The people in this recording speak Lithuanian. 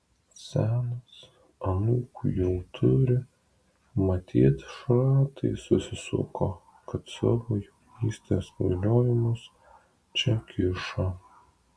senas anūkų jau turi matyt šratai susisuko kad savo jaunystės kvailiojimus čia kiša